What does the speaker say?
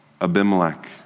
Abimelech